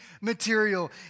material